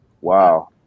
Wow